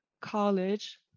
college